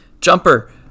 Jumper